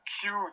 cute